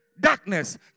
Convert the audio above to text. darkness